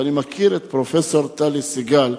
אני מכיר את פרופסור טלי סיגל.